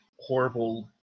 horrible